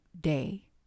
day